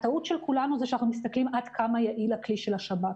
הטעות של כולנו היא שאנחנו מסתכלים עד כמה יעיל הכלי של השב"כ,